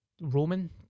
Roman